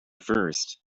first